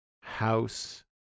house